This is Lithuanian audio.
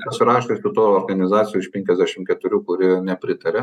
pasirašiusių tų organizacijų už penkiasdešimt keturių kurie nepritaria